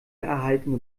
erhalten